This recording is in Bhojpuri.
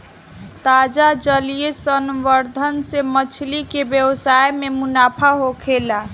ताजा जलीय संवर्धन से मछली के व्यवसाय में मुनाफा होखेला